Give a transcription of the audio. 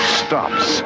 stops